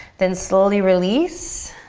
then slowly release.